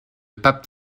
pape